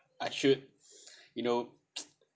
I should you know